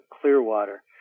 Clearwater